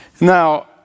Now